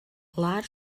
large